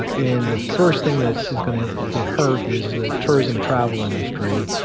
and the first thing that is going to get hurt is the tourism travel industry.